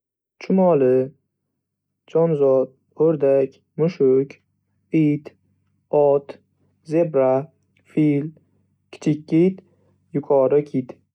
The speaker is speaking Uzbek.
Chumoli, Jonzot, O'rdak, Mushuk, Ot, Zebra, Fil, Kichik kit, Yuqori kit